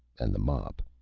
and the mop.